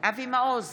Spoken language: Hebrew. אבי מעוז,